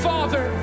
Father